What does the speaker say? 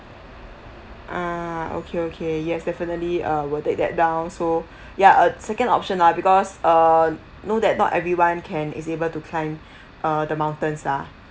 ah okay okay yes definitely uh we'll take that down so ya uh second option lah because err know that not everyone can is able to climb uh the mountains lah